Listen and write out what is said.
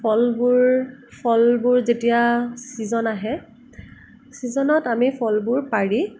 ফলবোৰ ফলবোৰ যেতিয়া ছিজন আহে ছিজনত আমি ফলবোৰ পাৰি